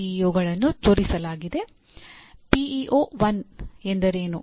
PEO 1 ಎಂದರೇನು